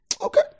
Okay